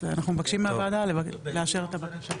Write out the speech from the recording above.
אז אנחנו מבקשים מהוועדה לאשר את הבקשה.